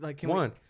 One